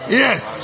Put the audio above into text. yes